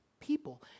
people